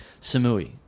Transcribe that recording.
Samui